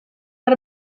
out